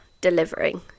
delivering